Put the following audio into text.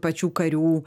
pačių karių